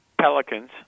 Pelicans